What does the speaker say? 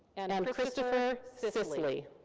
and and christopher sisley.